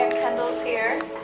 kendall's here